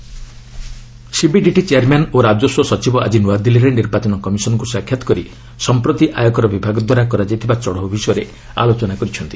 EC task rate CBDT chairman ଓ ରାଜସ୍ୱ ସଚିବ ଆଜି ନୂଆଦିଲ୍ଲୀରେ ନିର୍ବାଚନ କମିଶନ୍ଙ୍କୁ ସାକ୍ଷାତ କରି ସମ୍ପ୍ରତି ଆୟକର ବିଭାଗ ଦ୍ୱାରା କରାଯାଇଥିବା ଚଢ଼ଉ ବିଷୟରେ ଆଲୋଚନା କରିଛନ୍ତି